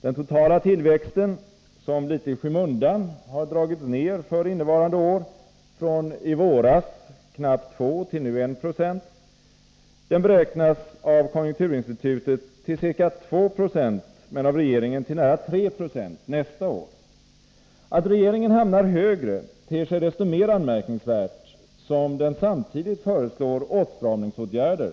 Den totala tillväxten, som litet i skymundan har dragits ner för innevarande år från i våras knappt 2 till nu 1 2, beräknas av konjunkturinstitutet till ca 2 26 men av regeringen till nära 3 Jo nästa år. Att regeringen hamnar högre ter sig desto mer anmärkningsvärt som den samtidigt föreslår åtstramningsåtgärder,